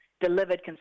delivered